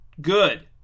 Good